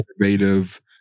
innovative